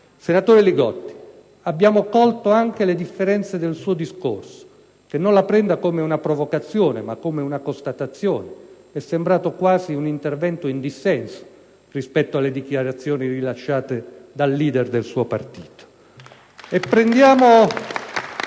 Senatore Li Gotti, abbiamo colto anche gli accenti del suo discorso, e non la prenda come una provocazione ma come una constatazione: è sembrato quasi un intervento in dissenso rispetto alle dichiarazioni rilasciate dal leader del suo partito.